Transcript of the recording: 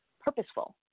purposeful